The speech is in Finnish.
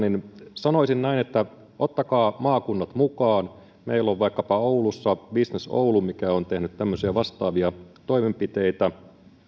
sanoisin näin että ottakaa maakunnat mukaan meillä on vaikkapa oulussa businessoulu mikä on tehnyt tämmöisiä vastaavia toimenpiteitä